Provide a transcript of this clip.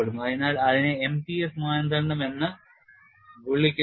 അതിനാൽ അതിനെ MTS മാനദണ്ഡം എന്ന് വിളിക്കുന്നു